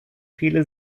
viele